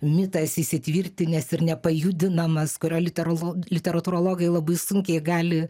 mitas įsitvirtinęs ir nepajudinamas kurio litera literatūrologai labai sunkiai gali